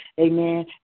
amen